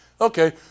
Okay